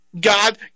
God